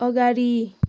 अगाडि